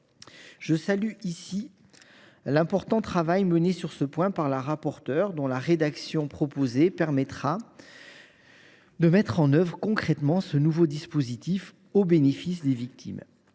Je salue l’important travail réalisé sur ce point par la rapporteure. La rédaction qu’elle propose permettra de mettre en œuvre concrètement ce nouveau dispositif, au bénéfice des victimes.